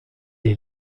est